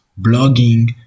blogging